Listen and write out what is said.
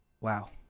Wow